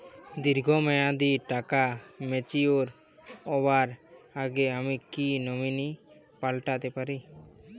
দীর্ঘ মেয়াদি টাকা ম্যাচিউর হবার আগে আমি কি নমিনি পাল্টা তে পারি?